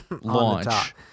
launch